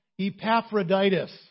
Epaphroditus